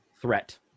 threat